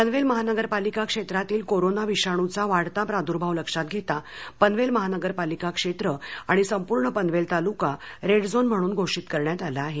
पनवेल महानगरपालिका क्षेत्रातील कोरोना विषाणूचा वाढता प्रादुर्भाव लक्षात घेता पनवेल महानगरपालिका क्षेत्र आणि संपूर्ण पनवेल तालुका रेड झोन म्हणून घोषित करण्यात आला आहे